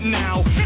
now